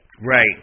Right